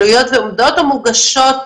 עצמו ולא במדינת